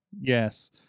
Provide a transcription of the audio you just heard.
yes